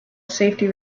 safety